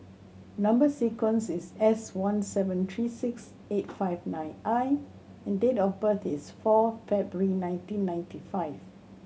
number sequence is S one seven three six eight five nine I and date of birth is four February nineteen ninety five